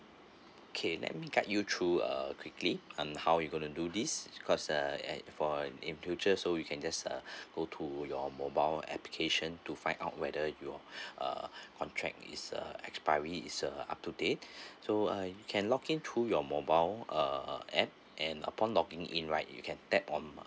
okay let me guide you through err quickly um how you gonna do this because uh at for in future so you can just uh go to your mobile application to find out whether your err contract is uh expiry is uh up to date so uh you can login through your mobile err app and upon logging in right you can tap on